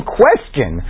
question